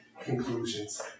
conclusions